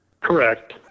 Correct